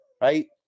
right